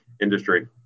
industry